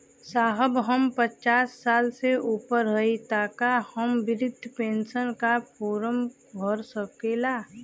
साहब हम पचास साल से ऊपर हई ताका हम बृध पेंसन का फोरम भर सकेला?